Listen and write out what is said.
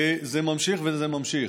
וזה ממשיך וזה ממשיך.